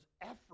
effort